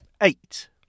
Eight